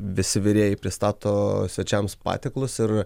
visi virėjai pristato svečiams patiekalus ir